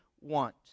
want